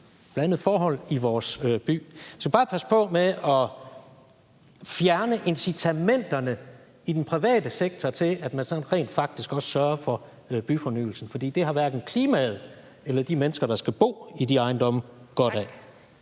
blandede forhold i vores by. Vi skal bare passe på med at fjerne incitamenterne i den private sektor til, at man så rent faktisk også sørger for byfornyelse, for det har hverken klimaet eller de mennesker, der skal bo i de ejendomme, godt af.